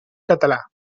català